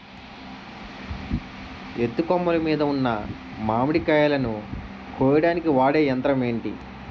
ఎత్తు కొమ్మలు మీద ఉన్న మామిడికాయలును కోయడానికి వాడే యంత్రం ఎంటి?